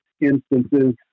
instances